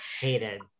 Hated